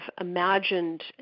imagined